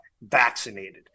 vaccinated